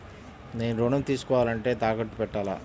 నేను ఋణం తీసుకోవాలంటే తాకట్టు పెట్టాలా?